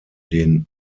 den